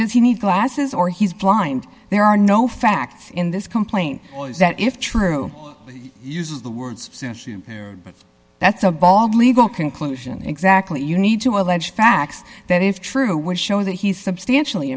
he need glasses or he's blind there are no facts in this complaint that if true uses the words but that's a bald legal conclusion exactly you need to allege facts that if true would show that he's substantially